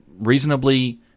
reasonably